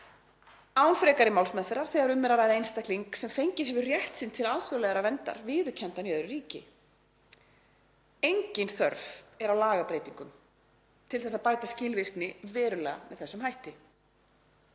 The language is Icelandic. án frekari málsmeðferðar, þegar um er að ræða einstakling sem fengið hefur rétt sinn til alþjóðlegrar verndar viðurkenndan í öðru ríki. Engin þörf er á lagabreytingum til að bæta skilvirkni verulega með þessum hætti.